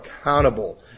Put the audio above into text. accountable